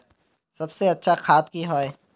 सबसे अच्छा खाद की होय?